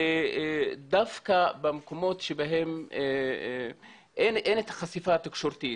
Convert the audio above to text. דווקא במקומות בהם אין את החשיפה התקשורתית.